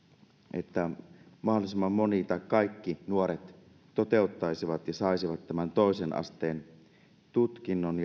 että mahdollisimman moni tai kaikki nuoret toteuttaisivat ja saisivat tämän toisen asteen tutkinnon